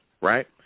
right